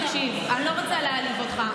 תקשיב, אני לא רוצה להעליב אותך.